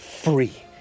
free